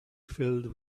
filled